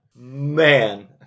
Man